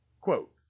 Quote